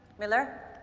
miller,